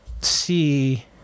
see